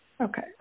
Okay